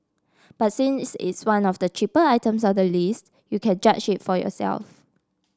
but since it's one of the cheaper items on the list you can judge it for yourself